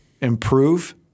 improve